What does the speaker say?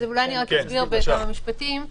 אולי אני אסביר בכמה משפטים.